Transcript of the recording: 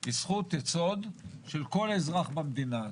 היא זכות יסוד של כל אזרח במדינה הזאת.